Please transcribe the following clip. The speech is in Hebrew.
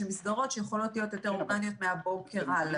מסגרות שיכולות להיות יותר אורגניות מהבוקר הלאה,